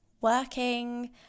working